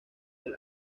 del